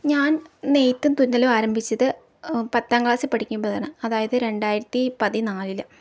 ഞാൻ നെയ്ത്തും തുന്നലും ആരംഭിച്ചത് പത്താം ക്ലാസിൽ പഠിക്കുമ്പോഴാണ് അതായത് രണ്ടായിരത്തി പതിനാലിൽ